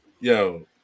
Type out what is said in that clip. Yo